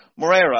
Moreira